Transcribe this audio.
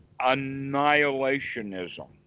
annihilationism